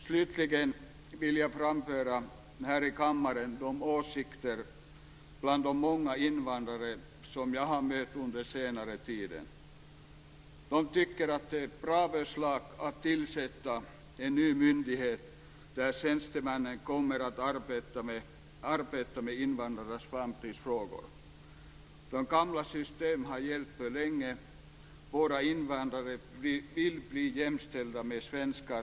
Slutligen vill jag här i kammaren framföra en åsikt som finns hos många av de invandrare som jag har mött under senare tid. De tycker att det är ett bra förslag att tillsätta en ny myndighet där tjänstemännen kommer att arbeta med invandrarnas framtidsfrågor. Det gamla systemet har gällt alltför länge. Våra invandrare vill bli jämställda med svenskar.